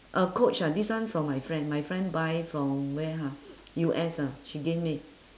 uh coach ah this one from my friend my friend buy from where ah U_S ah she gave me